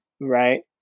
Right